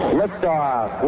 liftoff